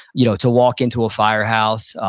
you know to walk into a firehouse,